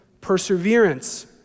perseverance